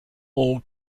all